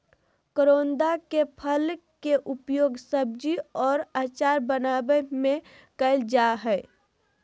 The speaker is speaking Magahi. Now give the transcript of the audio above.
करोंदा के फल के उपयोग सब्जी और अचार बनावय में कइल जा हइ